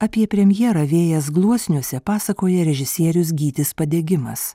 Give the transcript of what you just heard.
apie premjerą vėjas gluosniuose pasakoja režisierius gytis padegimas